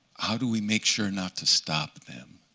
how do we make sure not to stop them?